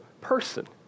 person